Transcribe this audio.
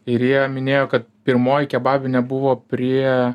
ir jie minėjo kad pirmoji kebabinė buvo prie